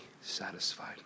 satisfied